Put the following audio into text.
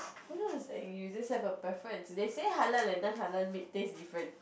who knows you just have a preference they say halal and non halal meat taste different